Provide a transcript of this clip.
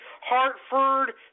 Hartford